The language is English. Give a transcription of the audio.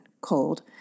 cold